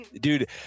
dude